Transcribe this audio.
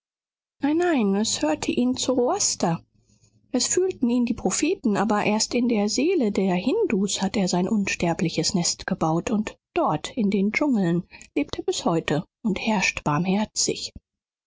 nein nein es hörte ihn zoroaster es fühlten ihn die propheten aber erst in der seele der hindus hat er sein unsterbliches nest gebaut und dort in den dschungeln lebt er bis heute und herrscht barmherzig